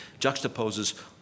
juxtaposes